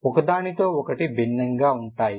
అవి ఒకదానికొకటి భిన్నంగా ఉంటాయి